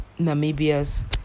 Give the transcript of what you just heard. Namibia's